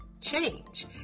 change